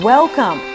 Welcome